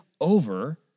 over